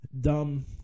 dumb